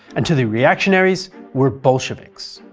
and to the reactionaries we are bolsheviks.